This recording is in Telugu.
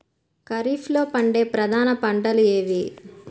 ఖరీఫ్లో పండే ప్రధాన పంటలు ఏవి?